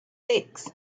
six